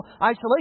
isolation